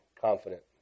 confident